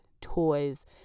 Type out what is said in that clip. toys